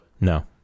No